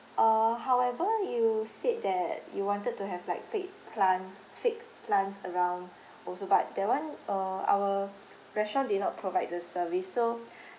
uh however you said that you wanted to have like fake plants fake plants around also but that [one] uh our restaurant did not provide the service so